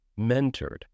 mentored